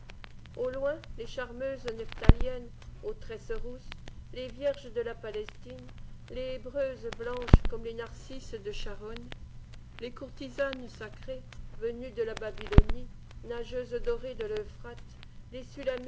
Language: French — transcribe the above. au loin les charmeuses nephtaliennes aux tresses rousse les vierges de la palestine les hébreuses blanches comme les narcisses de schârons les courtisanes sacrées venues de la babylonie nageuses dorées de l'euphrate